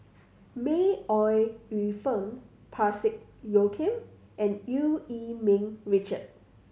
May Ooi Yu Fen Parsick Joaquim and Eu Yee Ming Richard